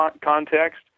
context